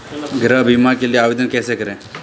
गृह बीमा के लिए आवेदन कैसे करें?